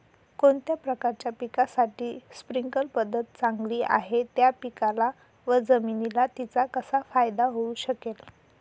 कोणत्या प्रकारच्या पिकासाठी स्प्रिंकल पद्धत चांगली आहे? त्या पिकाला व जमिनीला तिचा कसा फायदा होऊ शकेल?